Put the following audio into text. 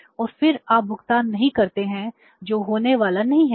और फिर आप भुगतान नहीं करते हैं जो होने वाला नहीं है